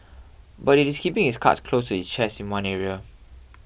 but it is keeping its cards close to its chest in one area